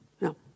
No